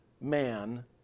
man